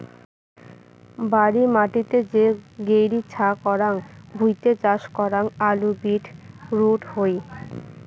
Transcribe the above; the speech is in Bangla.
বাড়ি মাটিতে যে গৈরী ছা করাং ভুঁইতে চাষ করাং আলু, বিট রুট হই